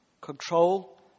Control